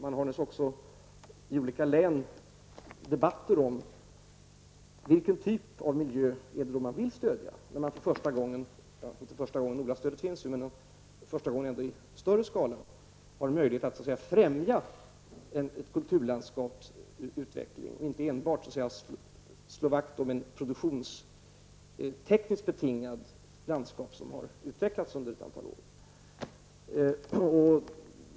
Man har också debatter i de olika länen om vilken typ av miljö det är man vill stödja när man för första gången -- ja inte första gången, NOLA-stödet finns ju -- men för första gången i större skala har möjlighet att främja ett kulturlandskaps utveckling och inte enbart slå vakt om ett produktionstekniskt betingat landskap som utvecklats under ett antal år.